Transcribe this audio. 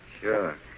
sure